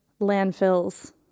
landfills